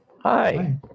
Hi